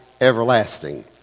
everlasting